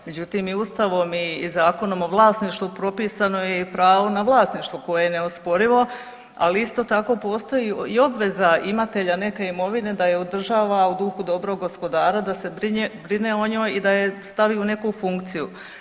Međutim i Ustavom i Zakonom o vlasništvu propisano je i pravo na vlasništvo koje je neosporivo, ali isto tako postoji i obveza imatelja neke imovine da ju održava u duhu dobrog gospodara, da se brine o njoj i da ju stavi u neku funkciju.